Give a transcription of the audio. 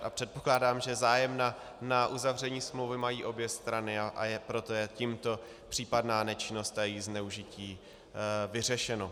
A předpokládám, že zájem na uzavření smlouvy mají obě strany, a proto je tímto případná nečinnost a její zneužití vyřešena.